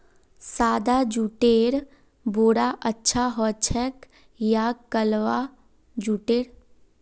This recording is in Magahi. सादा जुटेर बोरा अच्छा ह छेक या कलवा जुटेर